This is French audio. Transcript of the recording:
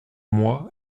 moi